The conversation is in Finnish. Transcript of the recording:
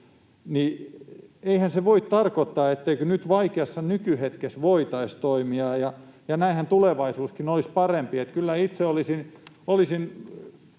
niin eihän se voi tarkoittaa, etteikö nyt vaikeassa nykyhetkessä voitaisi toimia. Näinhän tulevaisuuskin olisi parempi. Kyllä itse olisin